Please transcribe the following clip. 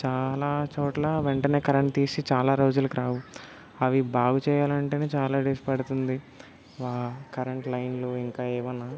చాలా చోట్లా వెంటనే కరెంట్ తీసి చాలా రోజులకు రావు అవి బాగు చేయాలంటేనే చాలా డేస్ పడుతుంది వా కరెంట్ లైన్లు ఇంకా ఏమన్నా